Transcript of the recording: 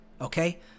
okay